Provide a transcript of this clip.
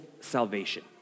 salvation